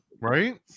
Right